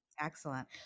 Excellent